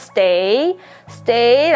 Stay，Stay，